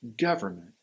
government